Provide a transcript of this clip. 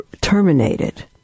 terminated